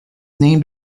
named